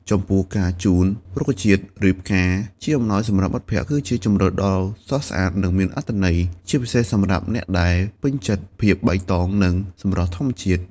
ចំពោះការជូនរុក្ខជាតិ ឬផ្កា ជាអំណោយសម្រាប់មិត្តភក្តិ គឺជាជម្រើសដ៏ស្រស់ស្អាត និងមានអត្ថន័យ ជាពិសេសសម្រាប់អ្នកដែលពេញចិត្តភាពបៃតង និងសម្រស់ធម្មជាតិ។